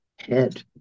head